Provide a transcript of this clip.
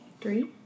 Three